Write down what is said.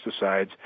pesticides